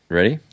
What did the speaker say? Ready